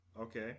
Okay